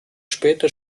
später